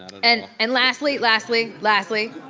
and and lastly, lastly, lastly,